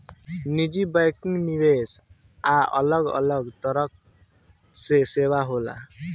निजी बैंकिंग, निवेश आ अलग अलग तरह के सेवा होला